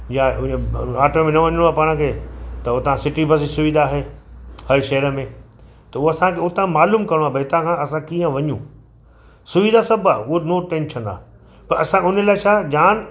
या आटो में न वञिणो आहे पाण खे त उतां सिटी बस जी सुविधा आहे हर शहर में त उहा असांखे उतां मालूम करिणो आहे भई हितां खां असां कीअं वञूं सुविधा सभु आहे उहा नो टेंशन आहे त असांखे उन लाइ छा जान